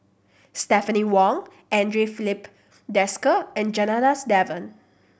Stephanie Wong Andre Filipe Desker and Janadas Devan